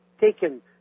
taken